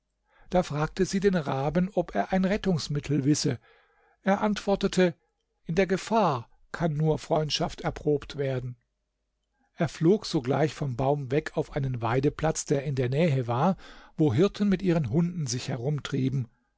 da fragte sie den raben ob er ein rettungsmittel wisse er antwortete in der gefahr kann nur freundschaft erprobt werden er flog sogleich vom baum weg auf einen weideplatz der in der nähe war wo hirten mit ihren hunden sich herumtrieben